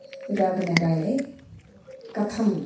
पुरातनकाले कथं